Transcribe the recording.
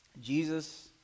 Jesus